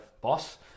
boss